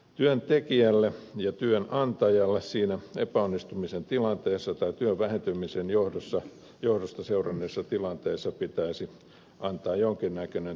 työntekijälle ja työnantajalle siinä epäonnistumisen tilanteessa tai työn vähentymisen johdosta seuranneessa tilanteessa pitäisi antaa jonkin näköinen tukipaketti